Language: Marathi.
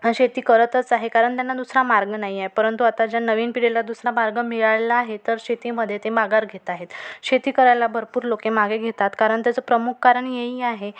शेती करतच आहे कारण त्यांना दुसरा मार्ग नाही आहे परंतु आता ज्या नवीन पिढीला दुसरा मार्ग मिळाला आहे तर शेतीमध्ये ते माघार घेत आहेत शेती करायला भरपूर लोक मागे घेतात कारण त्याचं प्रमुख कारण हेही आहे